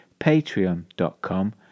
patreon.com